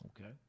Okay